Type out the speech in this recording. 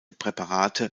präparate